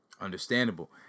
Understandable